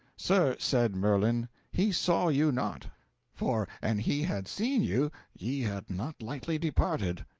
sir, said merlin, he saw you not for and he had seen you ye had not lightly departed.